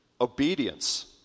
Obedience